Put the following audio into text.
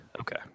Okay